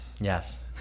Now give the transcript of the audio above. yes